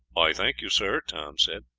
i thank you, sir, tom said.